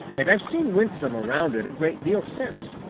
and i've seen winsome around it a great deal since,